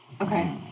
Okay